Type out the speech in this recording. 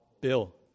Bill